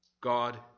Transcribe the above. God